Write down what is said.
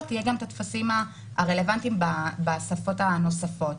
יהיו גם הטפסים הרלוונטיים בשפות הנוספות.